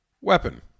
weapon